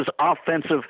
offensive